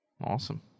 Awesome